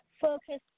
focus